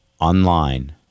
online